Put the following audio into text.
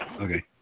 Okay